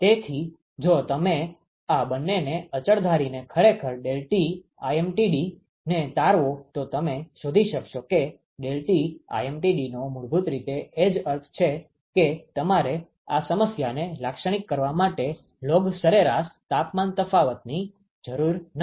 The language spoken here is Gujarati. તેથી જો તમે આ બંનેને અચળ ધારીને ખરેખર ∆Tlmtd ને તારવો તો તમે શોધી શકશો કે ∆Tlmtd નો મૂળભૂત રીતે એ જ અર્થ છે કે તમારે આ સમસ્યાને લાક્ષણિક કરવા માટે લોગ સરેરાસ તાપમાન તફાવતની જરૂર નથી